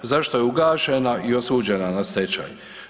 Zašto je ugašena i osuđena na stečaj?